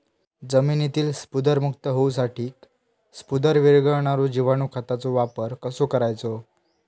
जमिनीतील स्फुदरमुक्त होऊसाठीक स्फुदर वीरघळनारो जिवाणू खताचो वापर कसो करायचो?